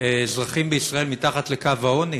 אזרחים בישראל מתחת לקו העוני